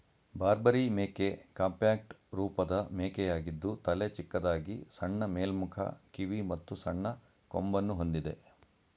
ಬಾರ್ಬರಿ ಮೇಕೆ ಕಾಂಪ್ಯಾಕ್ಟ್ ರೂಪದ ಮೇಕೆಯಾಗಿದ್ದು ತಲೆ ಚಿಕ್ಕದಾಗಿ ಸಣ್ಣ ಮೇಲ್ಮುಖ ಕಿವಿ ಮತ್ತು ಸಣ್ಣ ಕೊಂಬನ್ನು ಹೊಂದಿದೆ